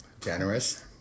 Generous